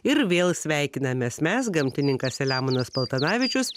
ir vėl sveikinamės mes gamtininkas selemonas paltanavičius